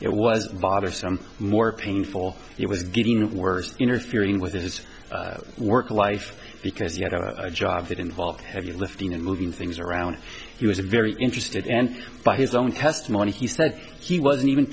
it was bothersome more painful it was getting worse interfering with this is work life because you had a job that involved heavy lifting and moving things around he was very interested and by his own testimony he said he wasn't even